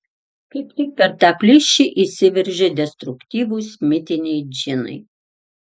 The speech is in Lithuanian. kaip tik per tą plyšį įsiveržia destruktyvūs mitiniai džinai